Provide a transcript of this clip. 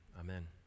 amen